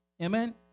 Amen